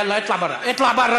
(אומר בערבית: יאללה, צא החוצה,